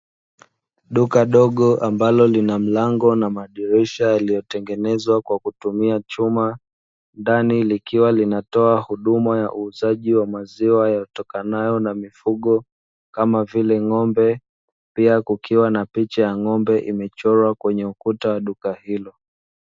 Duka dogo ambalo lina mlango na madirishaambayo yametengenezwa kwa kutumia chuma, ndani likiwa linauza huduma ya maziwa yatokanayo na mifugo kama vile ng'ombe pia kukiwa na picha ya ng'ombe iliyochorwa kwenye duka hilo.